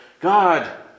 God